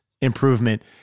improvement